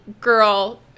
girl